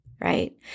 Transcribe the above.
Right